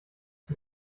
die